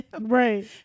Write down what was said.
Right